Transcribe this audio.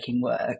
work